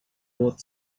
both